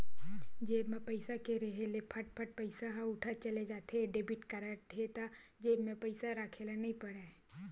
जेब म पइसा के रेहे ले फट फट पइसा ह उठत चले जाथे, डेबिट कारड हे त जेब म पइसा राखे ल नइ परय